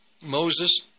Moses